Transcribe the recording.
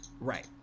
Right